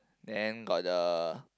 then got the